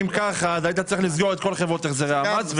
אם ככה אז היית צריך לסגור את כל חברות החזרי המס.